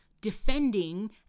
defending